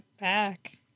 back